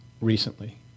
recently